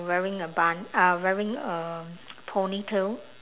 wearing a bun uh wearing um pony tail